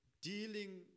dealing